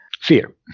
Fear